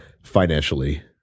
Financially